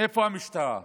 המשטרה?